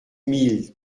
mille